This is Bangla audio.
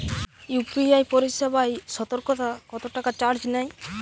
ইউ.পি.আই পরিসেবায় সতকরা কতটাকা চার্জ নেয়?